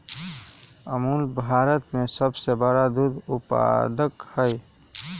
अमूल भारत में सबसे बड़ा दूध उत्पादक हई